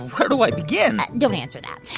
where do i begin? don't answer that.